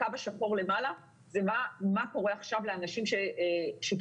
הקו השחור למעלה זה מה קורה עכשיו לאנשים שקיבלו